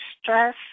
stress